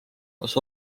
kas